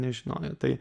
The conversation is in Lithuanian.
nežinojo tai